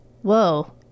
Whoa